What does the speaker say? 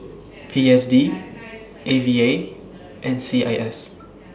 P S D A V A and C I S